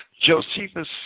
Josephus